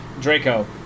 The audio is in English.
Draco